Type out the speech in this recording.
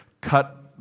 cut